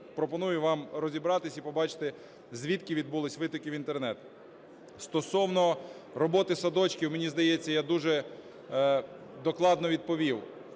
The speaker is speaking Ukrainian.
Пропоную вам розібратися і побачити, звідки відбулися витоки в Інтернет. Стосовно роботи садочків, мені здається, я дуже докладно відповів.